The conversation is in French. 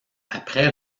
après